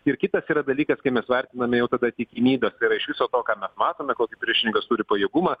ir kitas yra dalykas kai mes vertiname jau tada tikimybės tai yra iš viso to ką mes matome kokį priešininkas turi pajėgumą